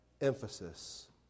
emphasis